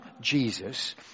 Jesus